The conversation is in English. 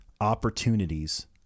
opportunities